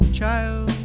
child